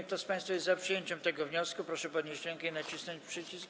Kto z państwa jest za przyjęciem tego wniosku, proszę podnieść rękę i nacisnąć przycisk.